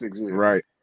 Right